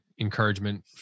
encouragement